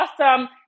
awesome